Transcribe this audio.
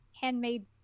handmade